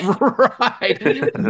Right